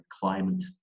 climate